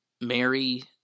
Mary